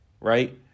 right